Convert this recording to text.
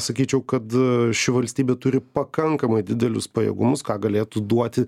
sakyčiau kad ši valstybė turi pakankamai didelius pajėgumus ką galėtų duoti